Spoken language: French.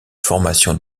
formation